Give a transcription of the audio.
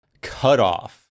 cutoff